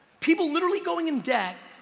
people literally going in debt,